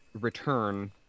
return